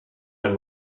and